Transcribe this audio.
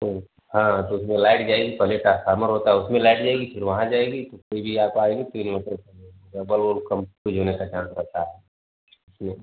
तो हाँ तो उसमें लाइट जाएगी पहले ट्रांसफार्मर होता है उसमें लाइट जाएगी फिर वहाँ जाएगी तो फिर ये आ पाएगी फिर इनवर्टर बंद होगा या बल्ब ओल्ब कम फ्यूज होने का चांस रहता है इसमें